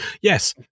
Yes